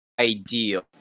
ideal